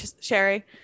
Sherry